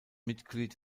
mitglied